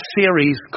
series